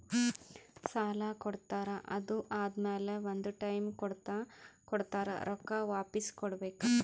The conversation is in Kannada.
ಸಾಲಾ ಕೊಡ್ತಾರ್ ಅದು ಆದಮ್ಯಾಲ ಒಂದ್ ಟೈಮ್ ಕೊಡ್ತಾರ್ ರೊಕ್ಕಾ ವಾಪಿಸ್ ಕೊಡ್ಬೇಕ್